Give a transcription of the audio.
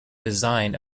design